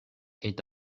est